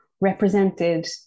represented